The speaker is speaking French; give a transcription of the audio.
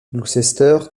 gloucester